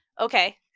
Okay